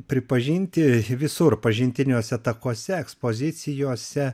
pripažinti visur pažintiniuose takuose ekspozicijose